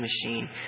machine